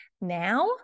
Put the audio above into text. now